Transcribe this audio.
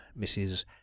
Mrs